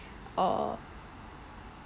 uh